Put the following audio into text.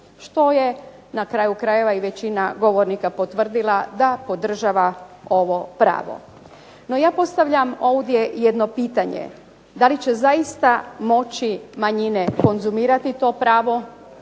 što je na kraju krajeva i većina govornika potvrdila da podržava ovo pravo. No ja postavljam ovdje jedno pitanje, da li će zaista moći manjine konzumirati to pravo